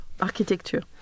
architecture